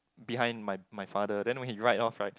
behind my my father then when he ride off right